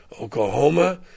Oklahoma